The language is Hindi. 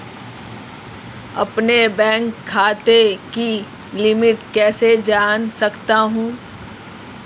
अपने बैंक खाते की लिमिट कैसे जान सकता हूं?